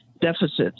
deficits